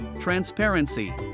Transparency